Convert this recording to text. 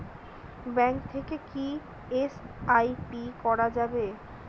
Bank থেকে কী SIP করা যাবে?